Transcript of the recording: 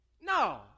No